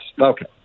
okay